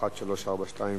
1342,